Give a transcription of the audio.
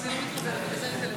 קרעי.